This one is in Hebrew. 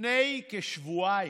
לפני כשבועיים,